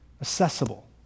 accessible